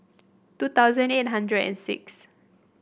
two thousand eight hundred and six